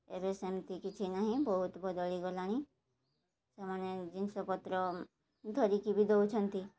ଏବେ ସେମିତି କିଛି ନାହିଁ ବହୁତ ବଦଳି ଗଲାଣି ସେମାନେ ଜିନିଷ ପତ୍ର ଧରିକି ବି ଦେଉଛନ୍ତି